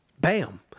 Bam